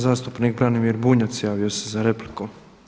Zastupnik Branimir Bunjac javio se za repliku.